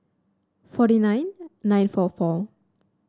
forty nine nine four four